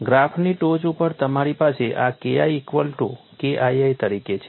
ગ્રાફની ટોચ ઉપર તમારી પાસે આ KI ઇક્વલ ટુ KII તરીકે છે